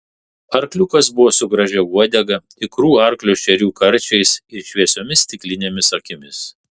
arkliukas buvo su gražia uodega tikrų arklio šerių karčiais ir šviesiomis stiklinėmis akimis